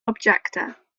objector